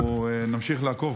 אנחנו נמשיך לעקוב,